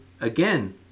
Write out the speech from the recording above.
again